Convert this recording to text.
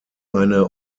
eine